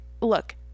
look